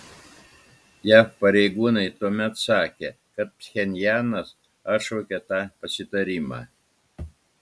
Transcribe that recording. jav pareigūnai tuomet sakė kad pchenjanas atšaukė tą pasitarimą